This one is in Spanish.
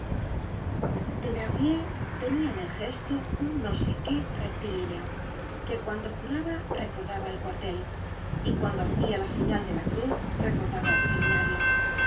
thenardier tenia en el gesto un no sé qué rectilíneo que cuando juraba recordaba el cuartel y cuando hacia la señal de la cruz recordaba el seminario